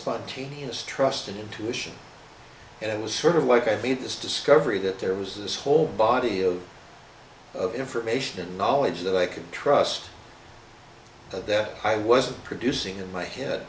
spontaneous trust and intuition and it was sort of like i made this discovery that there was this whole body of of information and knowledge that i could trust that i wasn't producing in my head